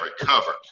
recovered